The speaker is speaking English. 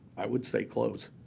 i would say close.